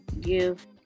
give